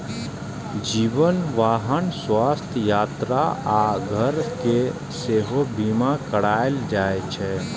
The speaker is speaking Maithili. जीवन, वाहन, स्वास्थ्य, यात्रा आ घर के सेहो बीमा कराएल जाइ छै